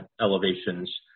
elevations